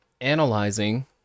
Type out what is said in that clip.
analyzing